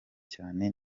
cyane